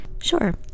Sure